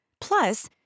Plus